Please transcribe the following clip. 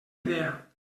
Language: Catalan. idea